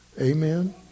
Amen